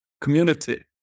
community